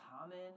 common